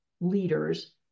leaders